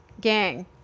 gang